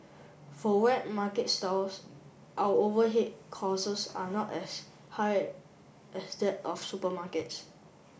for wet market stalls our overhead costs are not as high as that of supermarkets